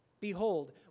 Behold